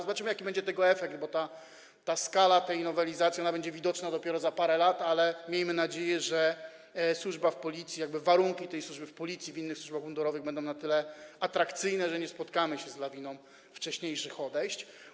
Zobaczymy, jaki będzie tego efekt, bo skala tej nowelizacji będzie widoczna dopiero za parę lat, ale miejmy nadzieję, że służba w Policji i warunki służby zarówno w Policji, jak i w innych służbach mundurowych będą na tyle atrakcyjne, że nie spotkamy się z lawiną wcześniejszych odejść.